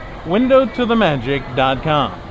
WindowToTheMagic.com